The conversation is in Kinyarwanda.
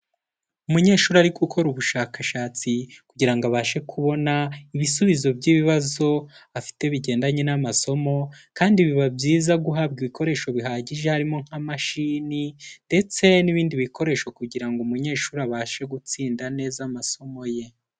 Umunyeshuri ari gukora ubushakashatsi kugira ngo abashe kubona ibisubizo by'ibibazo afite bigendanye n'amasomo kandi biba byiza guhabwa ibikoresho bihagije harimo nka mashini ndetse n'ibindi bikoresho kugira ngo umunyeshuri abashe gutsinda neza amasomo ye.